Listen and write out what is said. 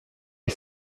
les